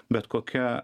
bet kokia